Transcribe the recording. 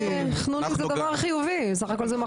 חנונים זה דבר חיובי, בסך הכול זה מחמאה.